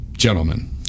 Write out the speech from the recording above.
gentlemen